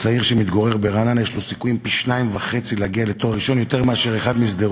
ההצעה תעבור לדיון בוועדת החינוך של הכנסת.